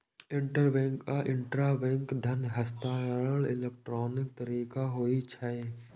interbank आ intrabank धन हस्तांतरण इलेक्ट्रॉनिक तरीका होइ छै